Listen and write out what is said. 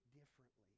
differently